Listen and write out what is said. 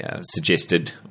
Suggested